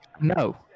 No